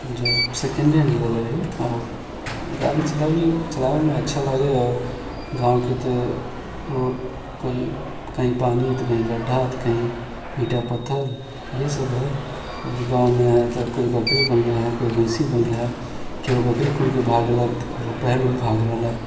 जे सेकेंडे हैंड लेले रही ओ गाड़ी चलाबै चलाबैमे अच्छा लागै है ओ गाँवके तऽ रोड कहीँ पानि तऽ कहीँ गड्ढा तऽ कहीँ ईंटा पत्थर इहे सब रहै आओर गाँवमे है तऽ कोइ बकरी बन्हले है कोइ भैंसी बन्हले है केकरो बकरी खुलके भागि गेल ककरो बैल उल भागि रहले